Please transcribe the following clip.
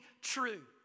true